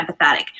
empathetic